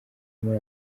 muri